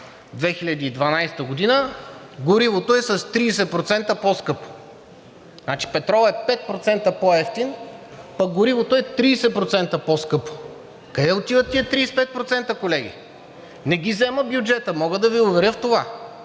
2012 г., горивото е с 30% по-скъпо? Петролът е 5% по-евтин, пък горивото е 30% по-скъпо – къде отиват тези 35%, колеги? Не ги взема бюджетът, мога да Ви уверя в това,